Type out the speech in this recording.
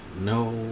no